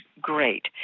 great